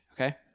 okay